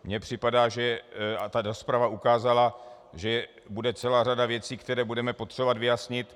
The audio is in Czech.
Mně tedy připadá a ta rozprava ukázala, že bude celá řada věcí, které budeme potřebovat vyjasnit.